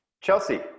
Chelsea